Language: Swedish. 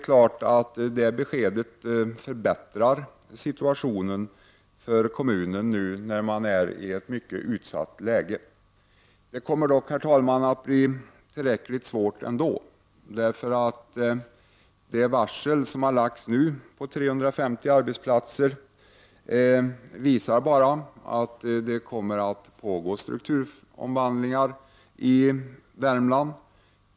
Det beskedet förbättrar situationen för kommunen nu när man är i ett mycket utsatt läge. Det kommer dock, herr talman, bli tillräckligt svårt ändå. Det varsel som har lagts ut på 350 arbetsplatser visar bara att det kommer att pågå strukturomvandlingar i Värmland.